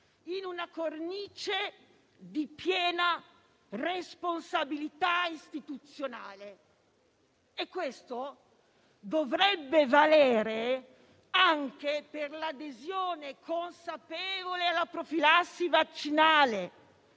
in una cornice di piena responsabilità istituzionale. Lo stesso dovrebbe valere anche per l'adesione consapevole alla profilassi vaccinale,